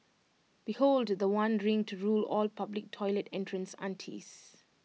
behold The One ring to rule all public toilet entrance aunties